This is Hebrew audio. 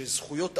שזכויות אדם,